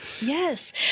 Yes